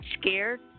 scared